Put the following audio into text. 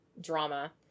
drama